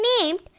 named